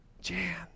Jan